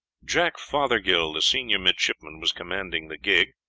jack fothergill, the senior midshipman, was commanding the gig,